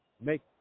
make